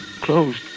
Closed